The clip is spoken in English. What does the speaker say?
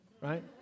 right